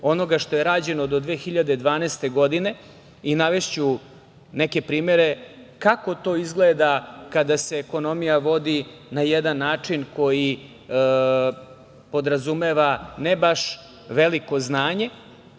onoga što je rađeno do 2012. godine i navešću neke primere kako to izgleda kada se ekonomija vodi na jedan način koji podrazumeva ne baš veliko znanje